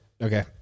okay